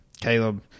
caleb